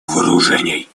вооружений